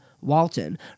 Walton